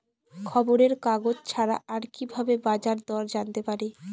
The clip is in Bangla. খবরের কাগজ ছাড়া আর কি ভাবে বাজার দর জানতে পারি?